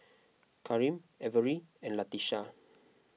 Karim Averi and Latesha